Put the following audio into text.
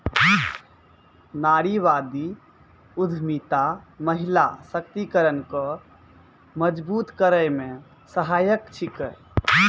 नारीवादी उद्यमिता महिला सशक्तिकरण को मजबूत करै मे सहायक छिकै